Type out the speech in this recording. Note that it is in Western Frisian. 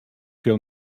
sil